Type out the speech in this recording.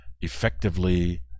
effectively